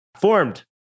formed